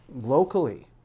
locally